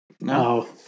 No